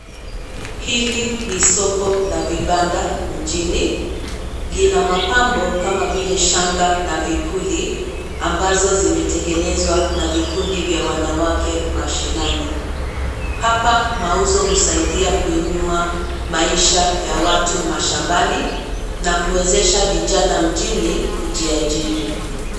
Hili ni soko la vibanda mjini lina mapambo kama vile shanga na vipuli ambazo zimetengenezwa na vikundi vya wanawake mashinani. Hapa mauzo husaidia kuinua maisha ya watu mashambani na kuwezesha vijana mjini kujiajiri.